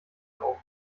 auf